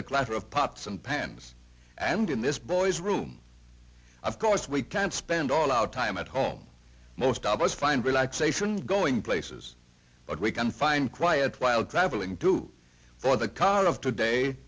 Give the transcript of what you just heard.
the clatter of pots and pans and in this boy's room of course we can spend all our time at home most of us find relaxation going places that we can find quiet while traveling to for the car of today